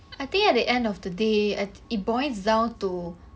I think at the end of the day I~ it boils down to